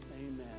Amen